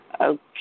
Okay